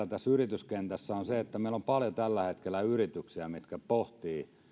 on haasteellinen tässä yrityskentässä on se että meillä on tällä hetkellä paljon yrityksiä mitkä pohtivat